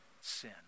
sin